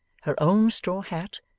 her own straw hat,